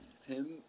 Tim